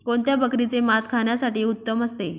कोणत्या बकरीचे मास खाण्यासाठी उत्तम असते?